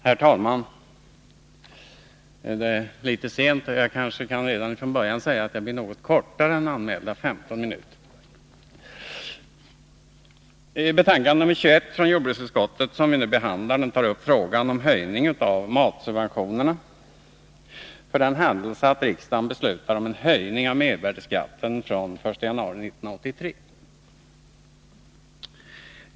Herr talman! Det är litet sent, och jag kan kanske redan från början säga att mitt inlägg blir något kortare än anmälda 15 minuter. Betänkande nr 21 från jordbruksutskottet, som vi nu behandlar, tar upp frågan om höjning av matsubventionerna för den händelse att riksdagen beslutar om en höjning av mervärdeskatten från den 1 januari 1983.